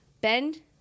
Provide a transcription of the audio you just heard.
bend